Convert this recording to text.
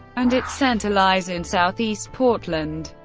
and its center lies in southeast portland.